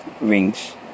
wings